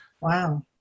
wow